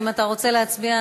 אם אתה רוצה להצביע,